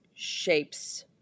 Shapes